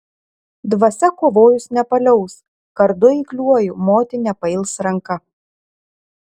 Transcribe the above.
dvasia kovojus nepaliaus kardu eikliuoju moti nepails ranka